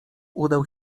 udał